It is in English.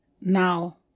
now